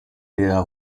der